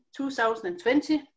2020